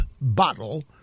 bottle